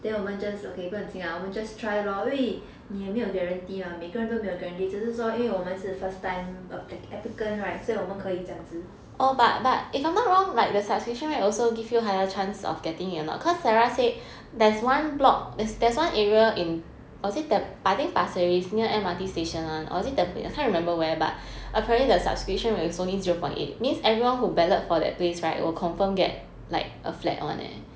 then 我们 just okay 不用紧 lah 我们 just try lor 因为你也没有 guarantee mah 每个人都没有 guarantee 只是说因为我们是 first time mm applicants [right] 所以我们可以这样子